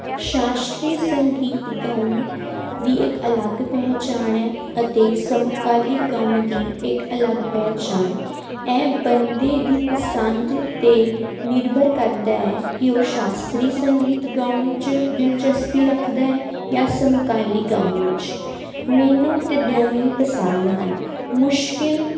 ਸ਼ਾਸ਼ਤਰੀ ਸੰਗੀਤ ਗਾਉਣ ਦੀ ਇੱਕ ਅਲੱਗ ਪਹਿਚਾਣ ਹੈ ਅਤੇ ਸਮਕਾਲੀ ਗਾਉਣ ਦੀ ਇੱਕ ਅਲੱਗ ਪਹਿਚਾਣ ਇਹ ਬੰਦੇ ਦੀ ਪਸੰਦ ਤੇ ਨਿਰਭਰ ਕਰਦਾ ਹੈ ਕਿ ਉਹ ਸ਼ਾਸਤਰੀ ਸੰਗੀਤ ਗਾਉਣ ਚ ਦਿਲਚਸਪੀ ਰੱਖਦਾ ਹੈ ਜਾਂ ਸਮਕਾਲੀ ਗਾਉਣ ਵਿੱਚ ਮੈਨੂੰ ਤੇ ਦੋਵੇਂ ਹੀ ਪਸੰਦ ਹਨ ਮੁਸ਼ਕਿਲ